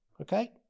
okay